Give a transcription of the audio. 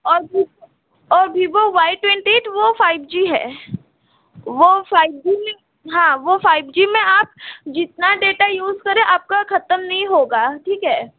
और भीवो और भीवो वाई ट्वेंटी एट वो फाइव जी है वो फाइव जी है हाँ वो फाइव जी है में आप जितना डेटा यूज करें आपका खत्म नहीं होगा ठीक है